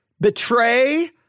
betray